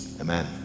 Amen